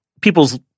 people's